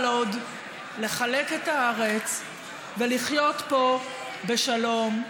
עוד לחלק את הארץ ולחיות פה בשלום,